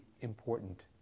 important